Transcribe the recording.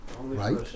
Right